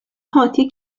قاطی